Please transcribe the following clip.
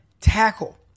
tackle